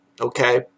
Okay